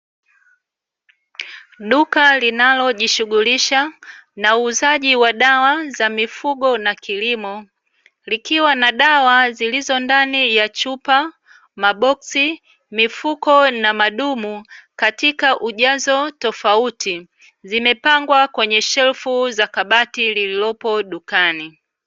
Duka linalojishughulisha na uuzaji wa dawa za mifugo na kilimo, likiwa na dawa zilizo ndani ya chupa, maboksi, mifuko na madumu katika ujazo tofauti, zimepangwa kwenye shelfu za kabati lililopo dukani,